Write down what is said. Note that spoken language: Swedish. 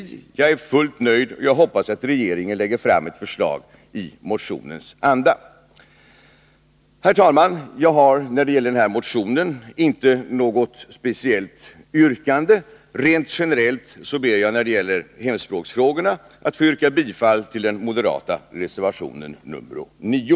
Jag är fullt nöjd. Jag hoppas att regeringen lägger fram ett förslag i motionens anda. Herr talman! Jag har när det gäller den här motionen inte något speciellt yrkande. Rent generellt ber jag när det gäller hemspråksfrågorna att få yrka bifall till den moderata reservationen nr 9.